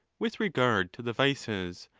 with regard to the vices,